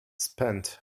spent